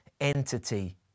entity